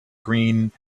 green